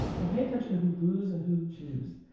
and pay attention to who boos and who cheers.